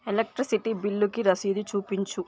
electricity బిల్లుకి రశీదు చూపించు